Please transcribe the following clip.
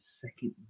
second